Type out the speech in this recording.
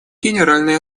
генеральной